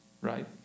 right